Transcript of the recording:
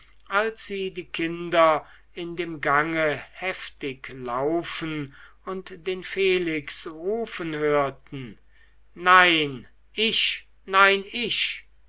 als sie die kinder in dem gange heftig laufen und den felix rufen hörten nein ich nein ich